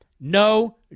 no